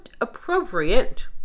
appropriate